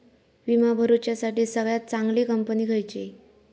विमा भरुच्यासाठी सगळयात चागंली कंपनी खयची?